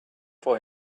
for